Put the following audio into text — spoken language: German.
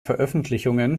veröffentlichungen